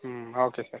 ಹ್ಞೂ okay sir